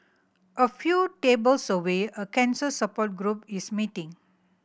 a few tables away a cancer support group is meeting